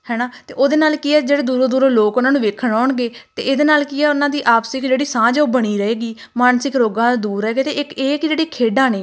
ਹੈ ਨਾ ਅਤੇ ਉਹਦੇ ਨਾਲ ਕੀ ਹੈ ਜਿਹੜੇ ਦੂਰੋਂ ਦੂਰੋਂ ਲੋਕ ਉਹਨਾਂ ਨੂੰ ਵੇਖਣ ਆਉਣਗੇ ਅਤੇ ਇਹਦੇ ਨਾਲ ਕੀ ਆ ਉਹਨਾਂ ਦੀ ਆਪਸੀ ਇੱਕ ਜਿਹੜੀ ਸਾਂਝ ਉਹ ਬਣੀ ਰਹੇਗੀ ਮਾਨਸਿਕ ਰੋਗਾਂ ਦੂਰ ਹੈਗੇ ਅਤੇ ਇੱਕ ਇਹ ਕਿ ਜਿਹੜੀ ਖੇਡਾਂ ਨੇ